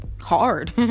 hard